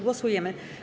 Głosujemy.